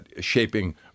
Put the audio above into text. shaping